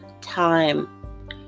time